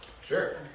Sure